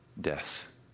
death